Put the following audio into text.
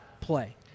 play